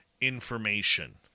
information